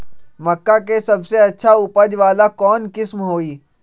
मक्का के सबसे अच्छा उपज वाला कौन किस्म होई?